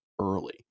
early